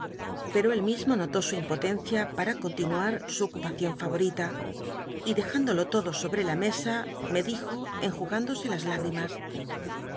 pero él mismo notó su impotencia para continuar su ocupacion favoita y dejündolo todo sobre la mesa me dij o enjugándose las higimas